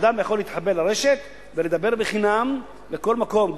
אדם יכול להתחבר לרשת ולדבר בחינם לכל מקום,